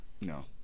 No